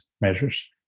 measures